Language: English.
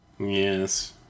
Yes